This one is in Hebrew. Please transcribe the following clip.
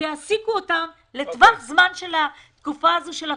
שיעסיקו אותם לטווח זמן של תקופת הקורונה.